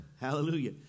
Hallelujah